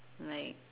like